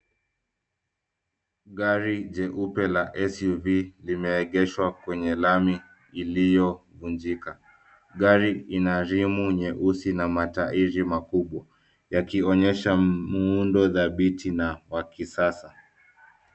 Gari jeupe la SUV limeegeshwa kwenye lami iliyovunjika. Gari ina rimu nyeusi na matairi makubwa yakionyesha muundo dhabiti na wa kisasa.